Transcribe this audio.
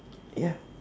ya